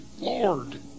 Lord